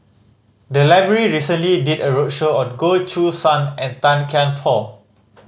the library recently did a roadshow on Goh Choo San and Tan Kian Por